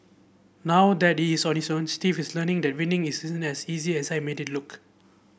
now that is on his own Steve is learning that winning isn't as easy as I make it look